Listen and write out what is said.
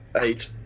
eight